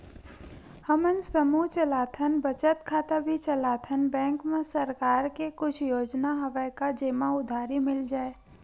हमन समूह चलाथन बचत खाता भी चलाथन बैंक मा सरकार के कुछ योजना हवय का जेमा उधारी मिल जाय?